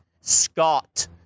Scott